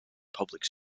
public